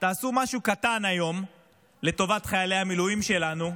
תעשו משהו קטן היום לטובת חיילי המילואים שלנו,